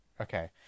Okay